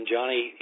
Johnny